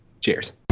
cheers